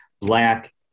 black